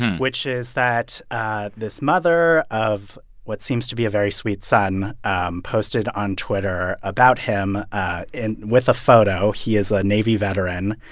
which is that this mother of what seems to be a very sweet son um posted on twitter about him in with a photo. he is a navy veteran,